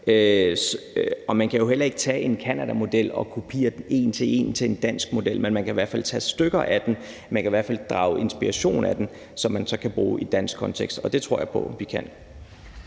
Man kan jo heller ikke tage en canadamodel og kopiere den en til en til en dansk model, men man kan i hvert fald tage stykker af den, og man kan i hvert fald drage inspiration af den, som man så kan bruge i en dansk kontekst. Og det tror jeg på at vi kan.